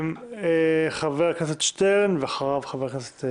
חבר הכנסת שטרן ואחריו חבר הכנסת